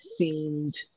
themed